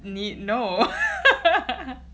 你 no